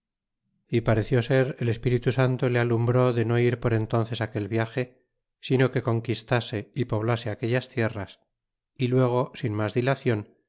y pareció ser el espíritu santo le alumbró de no ir por entónces aquel viaje sino que conquistase y poblase aquellas tierras y luego sin mas ditacien